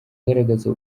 agaragaza